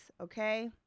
okay